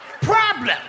problem